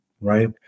right